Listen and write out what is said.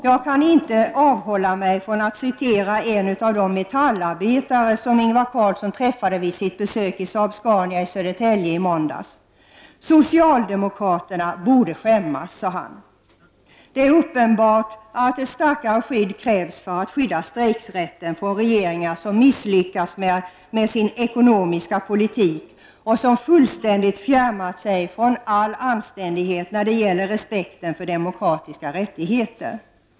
Jag kan inte avhålla mig från att tala om vad en av de metallarbetare sade som Ingvar Carlsson träffade vid sitt besök på Saab-Scania i Södertälje i måndags. Socialdemokraterna borde skämmas, sade han. Det är uppenbart att ett starkare skydd krävs för att skydda strejkrätten från regeringar som misslyckats med sin ekonomiska politik och som fullständigt fjärmat sig från all anständighet när det gäller respekten för demokratiska rättigheter.